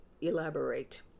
elaborate